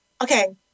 okay